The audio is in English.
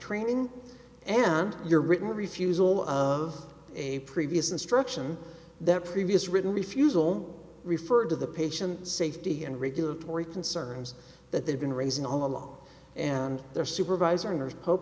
training and your written refusal of a previous instruction that previous written refusal on referred to the patient safety and regulatory concerns that they have been raising all along and their supervisors po